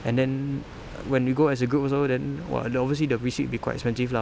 and then when we go as a group also then !wah! the obviously the receipt be quite expensive lah